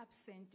absent